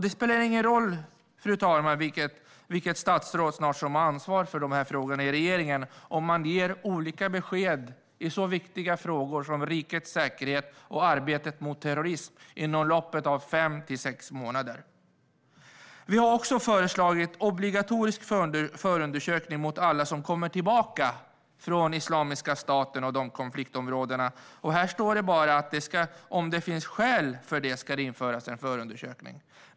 Det spelar ingen roll, fru talman, vilket statsråd i regeringen som har ansvar för dessa frågor om man inom loppet av fem till sex månader ger olika besked i så viktiga frågor som rikets säkerhet och arbetet mot terrorism. Vi har också föreslagit obligatorisk förundersökning mot alla som kommer tillbaka från Islamiska staten och dessa konfliktområden. Här i svaret fick vi höra att det ska inledas en förundersökning om det finns skäl för det.